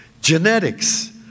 genetics